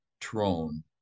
Trone